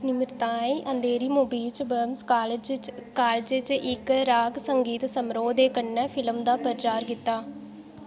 निमर्ताएं अंदेरी मुंबई च women college च college च इक रग संगीत समारोह् दे कन्नै फिल्म दा प्रचार कीता